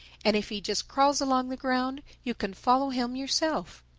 and if he just crawls along the ground you can follow him yourself.